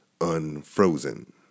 unfrozen